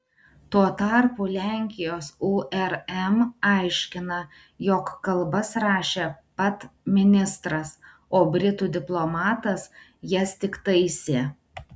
tuo tarpu lenkijos urm aiškina jog kalbas rašė pat ministras o britų diplomatas jas tik taisė